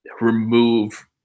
remove